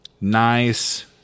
nice